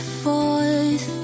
forth